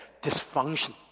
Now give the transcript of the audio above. dysfunction